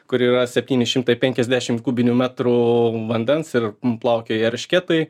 kur yra septyni šimtai penkiasdešimt kubinių metrų vandens ir plaukioja eršketai